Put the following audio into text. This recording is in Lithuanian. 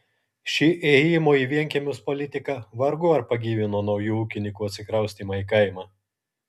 ši ėjimo į vienkiemius politika vargu ar pagyvino naujų ūkininkų atsikraustymą į kaimą